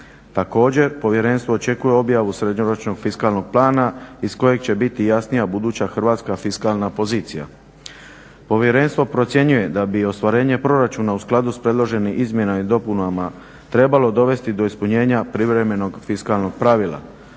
Također povjerenstvo očekuje objavu srednjoročnog fiskalnog plana iz kojeg će biti jasnija buduća hrvatska fiskalna pozicija. Povjerenstvo procjenjuje da bi ostvarenje proračuna u skladu s predloženim izmjenama i dopunama trebalo dovesti do ispunjenja privremenog fiskalnog pravila.